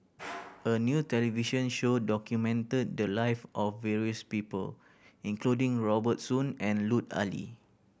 a new television show documented the live of various people including Robert Soon and Lut Ali